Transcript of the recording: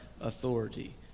authority